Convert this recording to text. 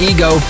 Ego